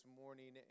morning